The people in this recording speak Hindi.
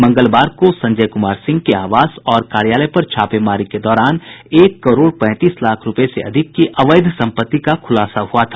मंगलवार को संजय कूमार सिंह के आवास और कार्यालय पर छापेमारी के दौरान एक करोड़ पैंतीस लाख़ रुपये से अधिक की अवैध संपत्ति का खूलासा हुआ था